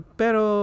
pero